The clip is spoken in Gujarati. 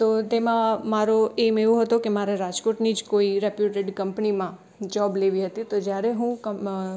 તો તેમાં મારે એઇમ એવો હતો કે મારે રાજકોટની જ કોઇ રેપ્યુટેડ કંપનીમાં જૉબ લેવી હતી તો જ્યારે હું કમ અ